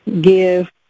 give